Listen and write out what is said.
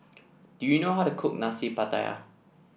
do you know how to cook Nasi Pattaya